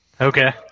Okay